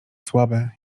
słabe